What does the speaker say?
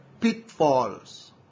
pitfalls